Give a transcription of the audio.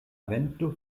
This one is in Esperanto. vento